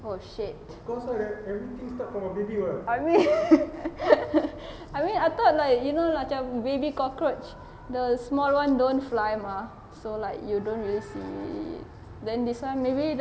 !wah! shit go I mean I mean I thought like you know macam baby cockroach the small one don't fly mah so like you don't really see then this [one] maybe the